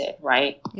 right